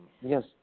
Yes